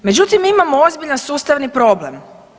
Međutim, imamo ozbiljan sustavni problem.